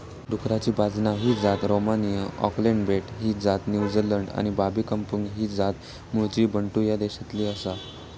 डुकराची बाजना ही जात रोमानिया, ऑकलंड बेट ही जात न्युझीलंड आणि बाबी कंपुंग ही जात मूळची बंटू ह्या देशातली आसा